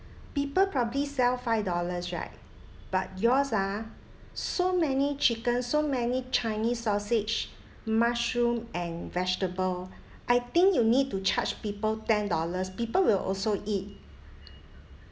people probably sell five dollars right but yours ah so many chicken so many chinese sausage mushroom and vegetable I think you need to charge people ten dollars people will also eat